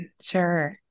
Sure